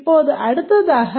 இப்போது அடுத்ததாக